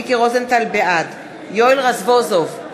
בעד יואל רזבוזוב,